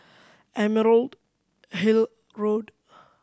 Emerald Hill Road